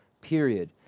Period